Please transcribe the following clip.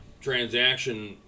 transaction